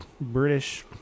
British